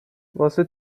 واسه